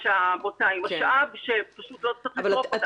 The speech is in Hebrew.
שהבוצה היא משאב שפשוט לא צריך לשרוף אותה.